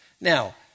Now